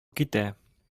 китә